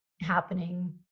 happening